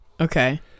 Okay